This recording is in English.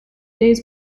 days